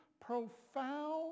profound